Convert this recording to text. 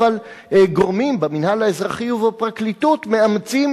אבל גורמים במינהל האזרחי ובפרקליטות מאמצים